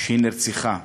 שהיא נרצחה.